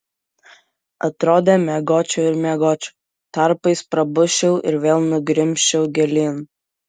atrodė miegočiau ir miegočiau tarpais prabusčiau ir vėl nugrimzčiau gilyn